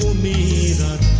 me the